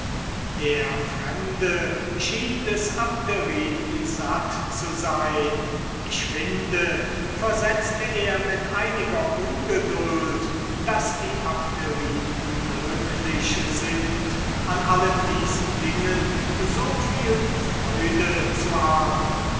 der fremde schien des abderiten satt zu sein ich finde versetzte er mit einiger ungeduld daß die abderiten glücklich sind an allen diesen dingen so viel freude zu haben